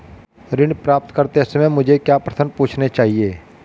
ऋण प्राप्त करते समय मुझे क्या प्रश्न पूछने चाहिए?